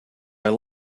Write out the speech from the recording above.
are